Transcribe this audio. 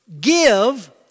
give